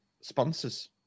sponsors